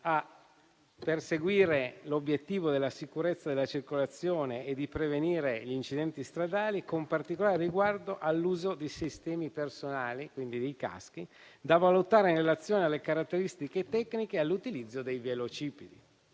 a perseguire l'obiettivo della sicurezza della circolazione e della prevenzione degli incidenti stradali, con particolare riguardo all'uso di sistemi personali (quindi dei caschi), da valutare in relazione alle caratteristiche tecniche e all'utilizzo dei velocipedi,